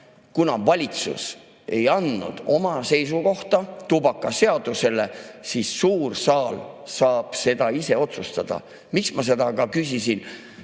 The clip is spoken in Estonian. kuna valitsus ei andnud oma seisukohta tubakaseaduse [muutmise kohta], siis suur saal saab seda ise otsustada. Miks ma seda küsisin?